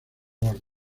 orden